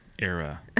Era